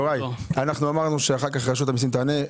יוראי, אמרנו שרשות המסים תענה.